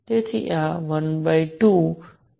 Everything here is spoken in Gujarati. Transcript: તેથીઆ 129